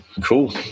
cool